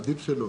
עדיף שלא.